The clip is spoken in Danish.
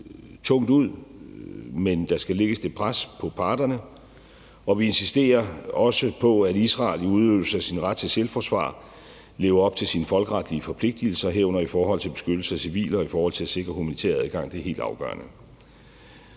tungt ud, men der skal lægges det pres på parterne. Vi insisterer også på, at Israel i udøvelse af sin ret til selvforsvar lever op til sine folkeretlige forpligtelser, herunder i forhold til beskyttelse af civile og i forhold til at sikre humanitær adgang; det er helt afgørende.